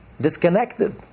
disconnected